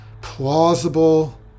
plausible